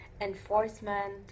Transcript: enforcement